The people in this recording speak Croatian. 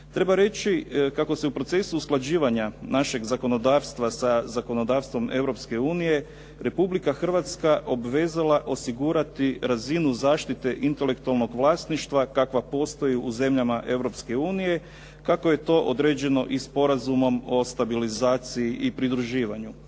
Treba reći kako se u procesu usklađivanja našeg zakonodavstva sa zakonodavstvom Europske unije Republika Hrvatska obvezala osigurati razinu zaštite intelektualnog vlasništva kakva postoji u zemljama Europske unije kako je to određeno i Sporazumom o stabilizaciji i pridruživanju.